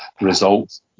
results